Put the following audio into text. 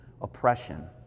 oppression